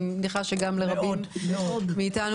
ואני מניחה שגם לרבים מאתנו.